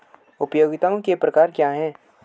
उपयोगिताओं के प्रकार क्या हैं?